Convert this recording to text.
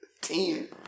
ten